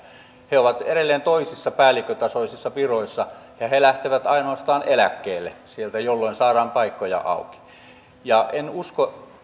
he ovat edelleen toisissa päällikkötasoisissa viroissa ja he he lähtevät ainoastaan eläkkeelle sieltä jolloin saadaan paikkoja auki en usko